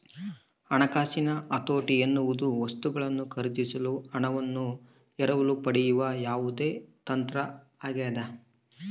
ಹಣಕಾಸಿನಲ್ಲಿ ಹತೋಟಿ ಎನ್ನುವುದು ವಸ್ತುಗಳನ್ನು ಖರೀದಿಸಲು ಹಣವನ್ನು ಎರವಲು ಪಡೆಯುವ ಯಾವುದೇ ತಂತ್ರ ಆಗ್ಯದ